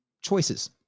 choices